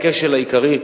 הכשל העיקרי,